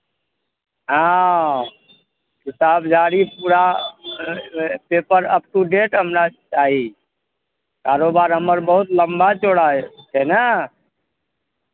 हँ हिसाब झाड़ी पूरा पेपर अप टू डेट हमरा चाही कारोबार हमर बहुत लम्बा चौड़ा अइ छै ने